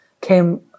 came